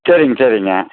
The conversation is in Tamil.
சரிங்க சரிங்க